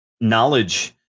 knowledge